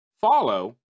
follow